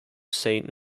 saint